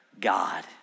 God